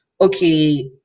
okay